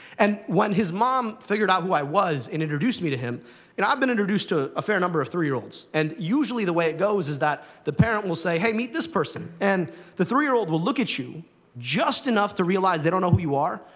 and when his mom figured out who i was, and introduced me to him you know, i've been introduced to a fair number of three-year-olds. and usually the way it goes is that the parent will say, hey, meet this person. and the three-year-old will look at you just enough to realize they don't know who you are,